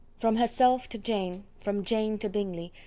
from herself to jane from jane to bingley,